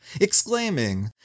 exclaiming